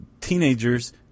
teenagers –